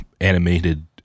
animated